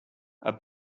are